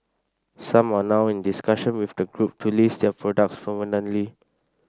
some are now in discussion with the Group to list their products permanently